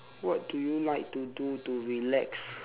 what do you like to do to relax